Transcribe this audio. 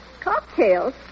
Cocktails